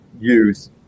use